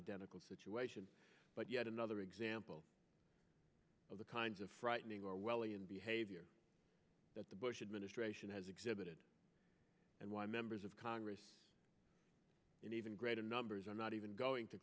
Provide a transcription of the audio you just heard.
identical situation but yet another example of the kinds of frightening orwellian behavior that the bush administration has exhibited and why members of congress in even greater numbers are not even going to